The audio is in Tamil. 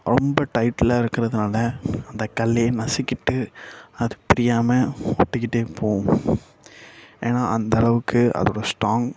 ரொம்ப டைட்டில் இருக்கிறதுனால அந்த கல்லே நசிக்கிட்டு அது பிரியமா ஒட்டிகிட்டு போகும் ஏன்னா அந்த அளவுக்கு அதோடய ஸ்டாங்